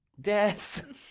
death